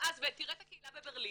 ותראה את הקהילה בברלין,